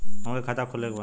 हमके खाता खोले के बा?